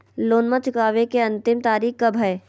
लोनमा चुकबे के अंतिम तारीख कब हय?